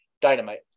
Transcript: Dynamite